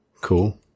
Cool